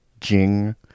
Jing